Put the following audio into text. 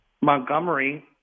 Montgomery